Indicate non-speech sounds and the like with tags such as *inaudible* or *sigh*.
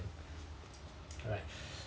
alright *breath*